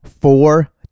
four